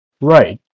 Right